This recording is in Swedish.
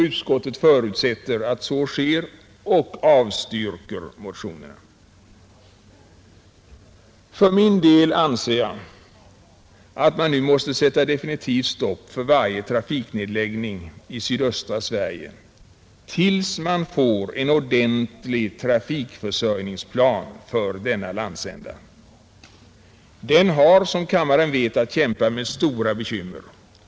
Utskottet förutsätter att så sker och avstyrker motionerna. För min del anser jag att man nu måste sätta definitivt stopp för varje trafiknedläggning i sydöstra Sverige tills vi får till stånd en ordentlig trafikförsörjningsplan för denna landsända, Den har, som kammaren vet, att kämpa med stora bekymmer.